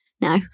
No